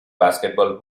basketball